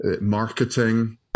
marketing